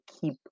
keep